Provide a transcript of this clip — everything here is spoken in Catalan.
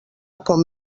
com